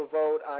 vote